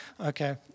Okay